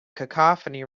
cacophony